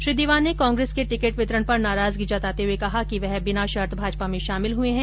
श्री दीवान ने कांग्रेस के टिकट वितरण पर नाराजगी जताते हुए कहा कि वह बिना शर्त भाजपा में शामिल हुए है